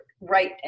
right